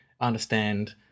understand